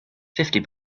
fifty